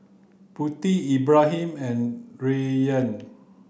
Putri Ibrahim and Rayyan